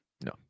No